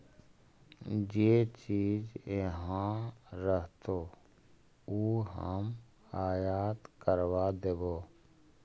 जे चीज इहाँ रहतो ऊ हम आयात करबा देबो